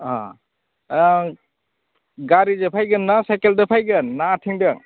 अ गारिजों फैगोन ना साइखेलजों फैगोन ना आथिंजों